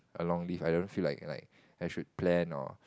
a long leave I don't feel like like I should plan or